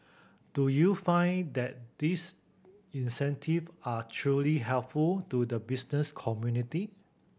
do you find that these incentive are truly helpful to the business community